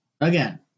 Again